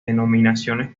denominaciones